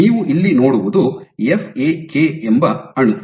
ನೀವು ಇಲ್ಲಿ ನೋಡುವುದು ಎಫ್ಎಕೆ ಎಂಬ ಅಣು